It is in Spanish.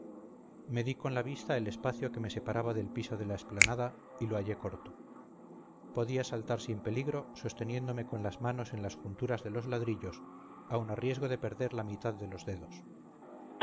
sueño medí con la vista el espacio que me separaba del piso de la explanada y lo hallé corto podía saltar sin peligro sosteniéndome con las manos en las junturas de los ladrillos aun a riesgo de perder la mitad de los dedos